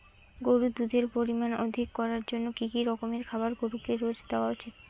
গরুর দুধের পরিমান অধিক করার জন্য কি কি রকমের খাবার গরুকে রোজ দেওয়া উচিৎ?